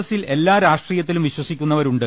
എസിൽ എല്ലാ രാഷ്ട്രീയത്തിലും വിശ്വസിക്കുന്നവരു ണ്ട്